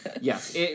Yes